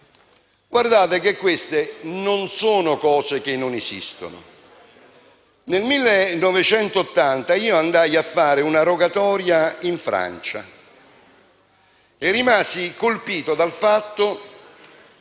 Guardate che queste non sono cose che non esistono. Nel 1980 andai a fare una rogatoria in Francia e rimasi colpito dal fatto